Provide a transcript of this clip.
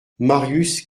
marius